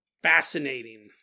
Fascinating